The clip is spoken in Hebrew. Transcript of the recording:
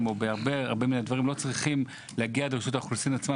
שבהרבה מהדברים לא צריכים להגיע עד רשות האוכלוסין עצמה.